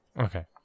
Okay